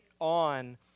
on